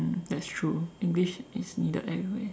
that's true English is needed everywhere